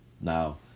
Now